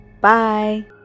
Bye